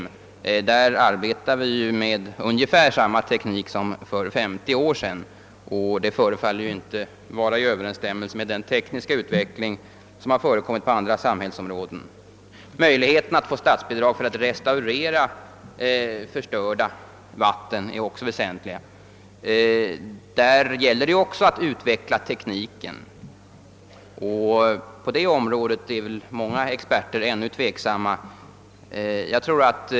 På detta område arbetar vi ju med ungefär samma teknik som för 50 år sedan, och det förefaller inte vara i överensstämmelse med den tekniska utveckling som förekommit på andra samhällsområden. att restaurera förstörda vatten är också väsentliga. Det gäller också där att utveckla tekniken; på detta område är många experter ännu tveksamma.